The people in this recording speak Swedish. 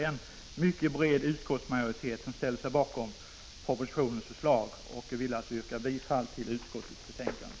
En bred utskottsmajoritet har ställt sig bakom förslaget i propositionen, och jag vill yrka bifall till utskottets hemställan.